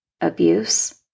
abuse